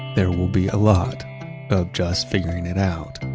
there will be a lot of just figuring it out.